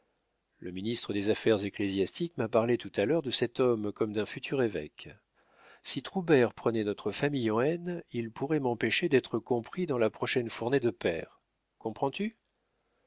le ministre des affaires ecclésiastiques m'a parlé tout à l'heure de cet homme comme d'un futur évêque si troubert prenait notre famille en haine il pourrait m'empêcher d'être compris dans la prochaine fournée de pairs comprends-tu